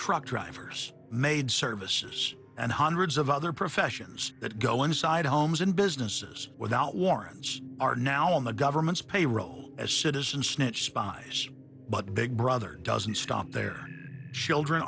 truck drivers made services and hundreds of other professions that go inside homes and businesses without warrants are now on the government's payroll as citizen snitch spies but big brother doesn't stop there children